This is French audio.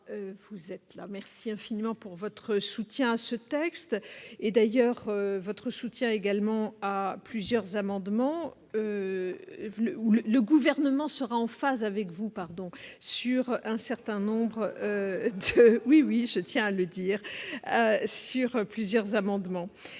merci infiniment pour votre soutien à ce texte et d'ailleurs, votre soutien également à plusieurs amendements ou le le gouvernement sera en phase avec vous, pardon, sur un certain nombre, oui, oui, je tiens à le dire sur plusieurs amendements,